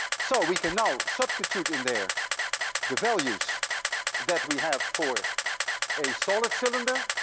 so we can now substitute in there the values that we have for a solid cylinder.